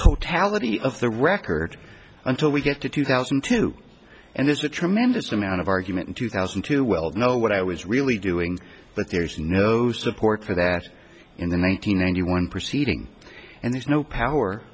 totality of the record until we get to two thousand and two and there's a tremendous amount of argument in two thousand and two well know what i was really doing but there's no support for that in the one thousand nine hundred one proceeding and there's no power